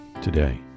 today